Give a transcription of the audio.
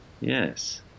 Yes